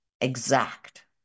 exact